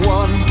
one